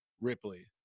Ripley